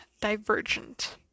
Divergent